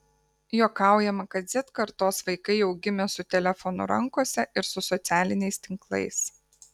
juokaujama kad z kartos vaikai jau gimė su telefonu rankose ir su socialiniais tinklais